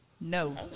No